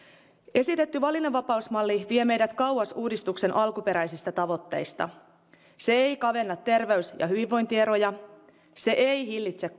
esitetty valinnanvapausmalli vie meidät kauas uudistuksen alkuperäisistä tavoitteista se ei kavenna terveys ja hyvinvointieroja se ei hillitse